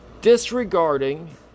disregarding